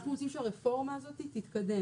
אנחנו מרוצים שהרפורמה הזאת תקדם.